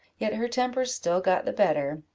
yet her temper still got the better,